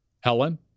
Helen